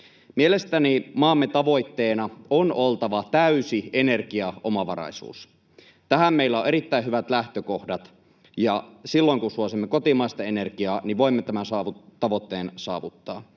Mielestäni maamme tavoitteena on oltava täysi energiaomavaraisuus. Tähän meillä on erittäin hyvät lähtökohdat, ja silloin kun suosimme kotimaista energiaa, voimme tämän tavoitteen saavuttaa.